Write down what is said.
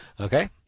Okay